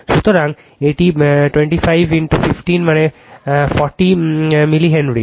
সুতরাং এটি 25 15 মানে 40 মিলি হেনরি